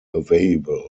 available